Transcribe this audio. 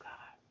God